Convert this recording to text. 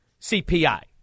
CPI